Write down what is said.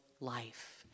life